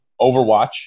Overwatch